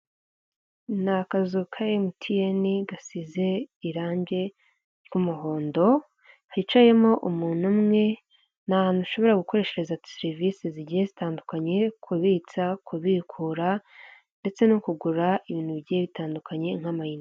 Ni akazu ka Emutiyene gasize irange ry'umuhondo hicayemo umuntu umwe, ni ahantu ushobora gukoreshareza serivisi zigiye zitandukanye kubitsa, kubikura ndetse no kugura ibintu bigiye bitandukanye nk'amayinite.